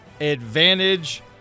Advantage